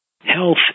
health